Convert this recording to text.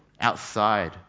outside